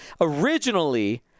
Originally